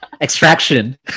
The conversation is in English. Extraction